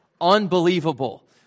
Unbelievable